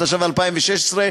התשע"ו 2016,